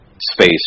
space